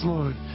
Lord